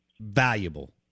valuable